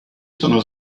sono